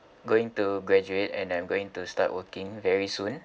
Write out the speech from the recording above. going to graduate and I'm going to start working very soon